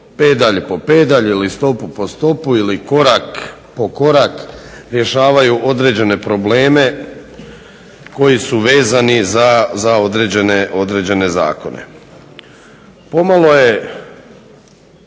pedalj po pedalj ili stopu po stopu ili korak po korak rješavaju određene probleme koji su vezani za određene zakone. Pomalo je